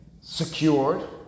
secured